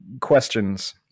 questions